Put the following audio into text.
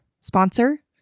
sponsor